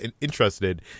interested